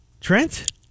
Trent